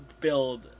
build